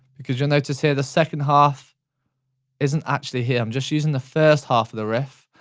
because you'll notice here, the second half isn't actually here. i'm just using the first half of the riff,